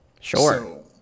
Sure